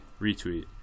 Retweet